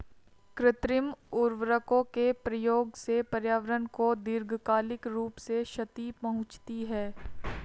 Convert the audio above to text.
कृत्रिम उर्वरकों के प्रयोग से पर्यावरण को दीर्घकालिक रूप से क्षति पहुंचती है